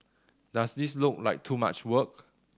does this look like too much work